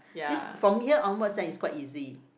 this from here onward then is quite easy